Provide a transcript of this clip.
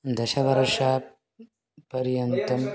दशवर्षपर्यन्तं